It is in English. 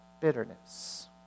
bitterness